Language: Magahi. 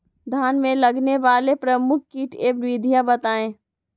धान में लगने वाले प्रमुख कीट एवं विधियां बताएं?